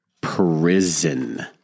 prison